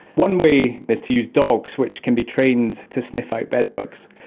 one way is to use dogs which can be trained to sniff out bedbugs,